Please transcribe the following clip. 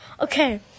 Okay